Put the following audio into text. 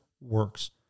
works